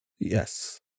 Yes